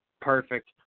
perfect